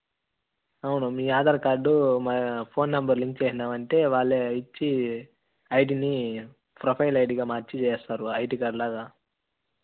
అవును మీ ఆధార్ కార్డు మా ఫోన్ నెంబరు లింక్ చేసినావు అంటే వాళ్ళే ఇచ్చి ఐడీనీ ప్రొఫైల్ ఐడీగా మార్చి చేస్తారు ఐడీ కార్డ్ లాగా